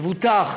מבוטח,